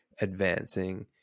advancing